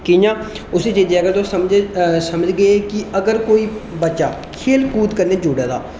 कियां उसी चीजा गी अगर तुस समझगे कि अगर कोई बच्चा खेल कूद कन्नै जुड़े दा